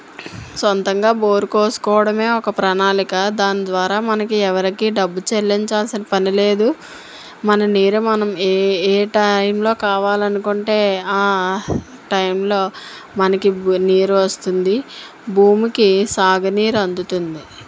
సొంతంగా బోరు వేసుకోవడం ఒక ప్రణాళిక దాని ద్వారా మనకు ఎవరికి డబ్బు చెల్లించాల్సిన పని లేదు మన నీరు మనం ఏ టైంలో కావాలనుకుంటే ఆ టైంలో మనకు నీరు వస్తుంది భూమికి సాగు నీరు అందుతుంది